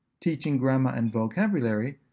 teaching grammar and vocabulary,